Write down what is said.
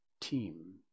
team